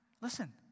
listen